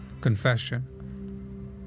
confession